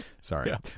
sorry